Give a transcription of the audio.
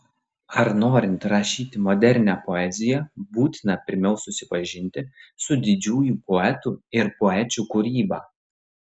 ar norint rašyti modernią poeziją būtina pirmiau susipažinti su didžiųjų poetų ir poečių kūryba